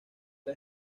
era